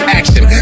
action